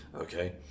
okay